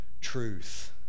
truth